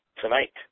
tonight